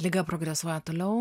liga progresuoja toliau